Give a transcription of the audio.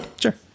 Sure